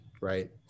right